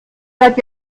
seit